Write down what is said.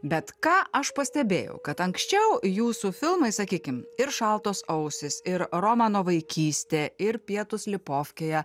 bet ką aš pastebėjau kad anksčiau jūsų filmai sakykim ir šaltos ausys ir romano vaikystė ir pietūs lipofkėje